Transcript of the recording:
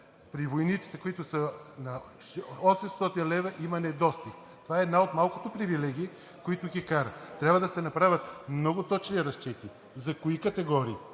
при войниците, които са на 800 лв., има недостиг. Това е една от малкото привилегии, които ги кара, трябва да се направят много точни разчети – за кои категории,